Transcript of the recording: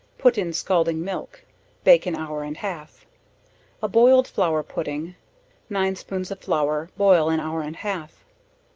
put in scalding milk bake an hour and half a boiled flour pudding nine spoons of flour, boil an hour and half.